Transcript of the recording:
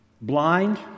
Blind